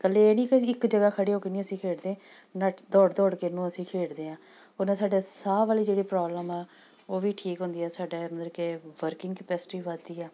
ਇਕੱਲੇ ਇਹ ਨਹੀਂ ਕਿ ਇੱਕ ਜਗ੍ਹਾ ਖੜੇ ਹੋ ਕੇ ਨਹੀਂ ਅਸੀਂ ਖੇਡਦੇ ਨੱਠ ਦੌੜ ਦੌੜ ਕੇ ਇਹਨੂੰ ਅਸੀਂ ਖੇਡਦੇ ਆ ਉਹਦੇ ਨਾਲ ਸਾਡਾ ਸਾਹ ਵਾਲੇ ਜਿਹੜੇ ਪ੍ਰੋਬਲਮ ਆ ਉਹ ਵੀ ਠੀਕ ਹੁੰਦੀ ਆ ਸਾਡਾ ਮਤਲਬ ਕਿ ਵਰਕਿੰਗ ਕੰਪੈਸਟੀ ਵੀ ਵੱਧਦੀ ਆ